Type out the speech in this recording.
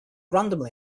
randomly